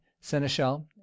seneschal